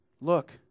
look